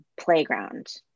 playground